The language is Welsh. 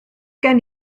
gen